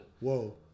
Whoa